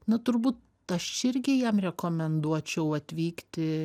na turbūt aš irgi jam rekomenduočiau atvykti